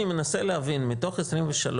אני מנסה להבין: מתוך ה-23,